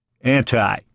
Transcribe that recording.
Anti